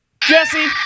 Jesse